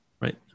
Right